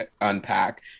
unpack